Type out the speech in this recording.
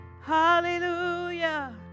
Hallelujah